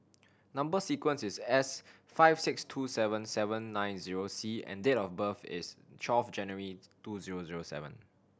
number sequence is S five six two seven seven nine zero C and date of birth is twelve January two zero zero seven